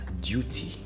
duty